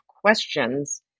questions